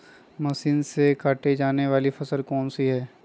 Machine से काटे जाने वाली कौन सी फसल है?